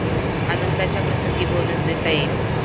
आनंदाच्या प्रसंगी बोनस देता येईल